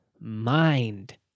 mind